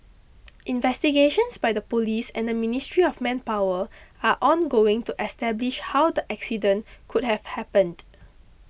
investigations by the police and the Ministry of Manpower are ongoing to establish how the accident could have happened